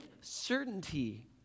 certainty